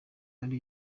ari